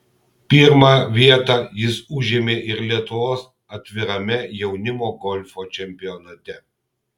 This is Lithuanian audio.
pirmą vietą jis užėmė ir lietuvos atvirame jaunimo golfo čempionate